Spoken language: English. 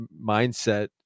mindset